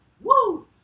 Woo